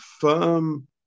firm